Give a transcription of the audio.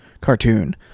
cartoon